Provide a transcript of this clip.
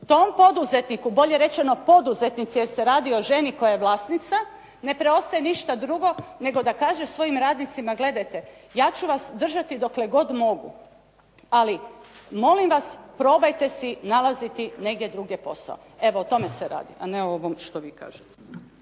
Tom poduzetniku, bolje rečeno poduzetnici jer se radi o ženi koja je vlasnica, ne preostaje ništa drugo nego da kaže svojim radnicima, gledajte, ja ću vas držati dokle god mogu, ali molim vas, probajte si nalaziti negdje drugdje posao. Evo o tome se radi, a ne ovom što vi kažete.